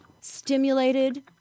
stimulated